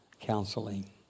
counseling